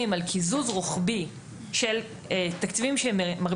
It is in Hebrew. תקציבים שמרביתם הם קשיחים ומיועדים לשכר,